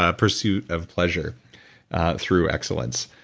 ah pursuit of pleasure through excellence.